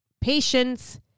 patience